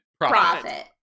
profit